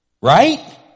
Right